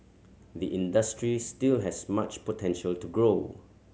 the industry still has much potential to grow